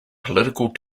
political